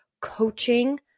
coaching